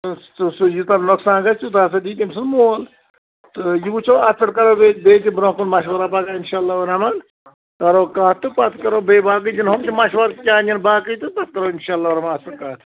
آ سُہ سُہ یوٗتاہ نۄقصان گَژھِ تیٛوٗتاہ ہَسا دِی تٔمۍ سُنٛد مول تہٕ یہِ وُچھو اَتھ پٮ۪ٹھ کَرو بیٚیہِ بیٚیہِ تہِ برٛونٛہہ کُن مَشوراہ پَگاہ اِنشااللہُ رحمان کَرو کَتھ تہٕ پتہٕ کَرو بیٚیہِ باقٕے دِنۍ یِم تہِ مشور کیٛاہ نِنۍ باقٕے تہٕ پتہٕ کَرو اِنشا اللہُ رحمان اَتھ پٮ۪ٹھ کَتھ